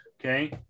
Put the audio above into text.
okay